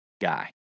guy